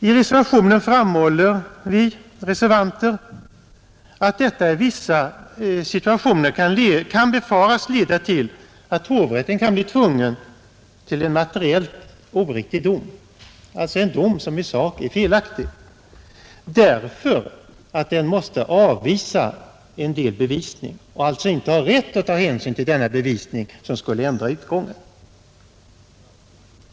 I reservationen framhåller vi reservanter att detta i vissa situationer kan befaras leda till att hovrätten tvingas till en materiellt oriktig dom, alltså en dom som i sak är felaktig, därför att hovrätten måste avvisa en del bevisning och således inte har rätt att ta hänsyn till denna bevisning som skulle ändra utgången.